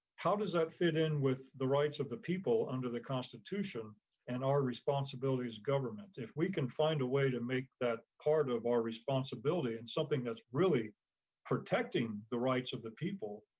how does that fit in with the rights of the people under the constitution and our responsibility as government? if we can find a way to make that part of our responsibility and something that's really protecting the rights of the people,